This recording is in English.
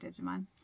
Digimon